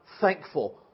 thankful